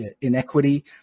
inequity